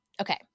okay